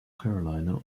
carolina